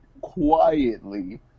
quietly